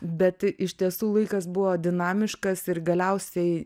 bet iš tiesų laikas buvo dinamiškas ir galiausiai